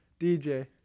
DJ